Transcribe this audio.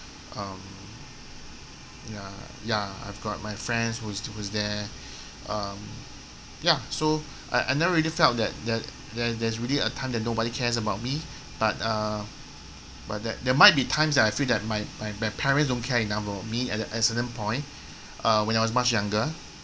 um ya ya I've got my friends whose whose there um ya so I I never really felt that that that there's really a time that nobody cares about me but uh but that there might be times that I feel that my my my parents don't care enough about me at at certain point uh when I was much younger